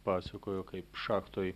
pasakojo kaip šachtoj